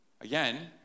again